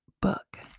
book